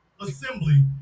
Assembly